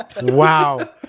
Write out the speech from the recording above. Wow